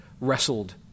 wrestled